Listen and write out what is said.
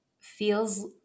feels